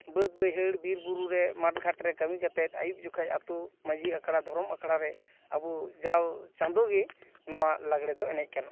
ᱵᱟᱹᱛ ᱵᱟᱹᱭᱦᱟᱹᱲ ᱵᱤᱨ ᱵᱩᱨᱩ ᱨᱮ ᱢᱟᱴ ᱜᱷᱟᱴ ᱨᱮ ᱠᱟᱹᱢᱤ ᱠᱟᱛᱮᱫ ᱟᱭᱩᱵᱽ ᱡᱚᱠᱷᱟᱡ ᱟᱹᱛᱩ ᱢᱟᱡᱷᱤ ᱟᱠᱷᱲᱟ ᱫᱷᱚᱨᱚᱢ ᱟᱠᱷᱲᱟ ᱨᱮ ᱟᱵᱚ ᱡᱟᱣ ᱪᱟᱸᱫᱳ ᱜᱮ ᱱᱚᱣᱟ ᱞᱟᱜᱽᱲᱮ ᱫᱚ ᱮᱱᱮᱡ ᱜᱟᱱᱚᱜᱼᱟ